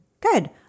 Good